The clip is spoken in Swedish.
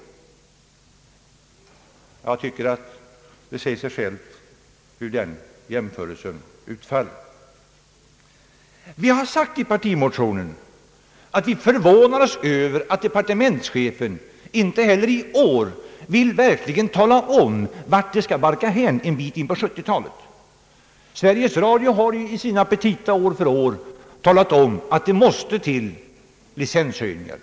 Jag tycker att det säger sig självt hur den jämförelsen utfaller. I partimotionen har vi sagt att vi förvånar oss över att departementschefen inte heller i år vill tala om vart det skall barka hän en bit in på 1970-talet. Sveriges Radio har i sina petita år efter år talat om att det måste till licenshöjningar.